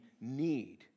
need